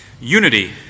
Unity